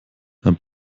dann